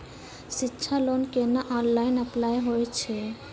शिक्षा लोन केना online apply होय छै?